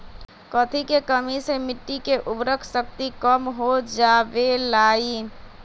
कथी के कमी से मिट्टी के उर्वरक शक्ति कम हो जावेलाई?